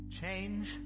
Change